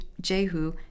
Jehu